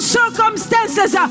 circumstances